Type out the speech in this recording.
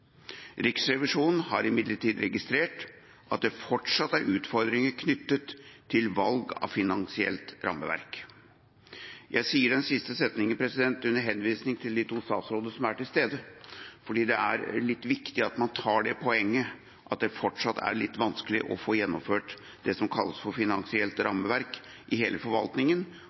Riksrevisjonen har imidlertid registrert at det fortsatt er utfordringer knyttet til valg av finansielt rammeverk. Jeg sier den siste setningen under henvisning til de to statsrådene som er til stede, fordi det er litt viktig at man tar det poenget at det fortsatt er litt vanskelig å få gjennomført det som kalles for finansielt